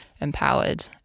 empowered